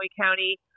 County